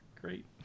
Great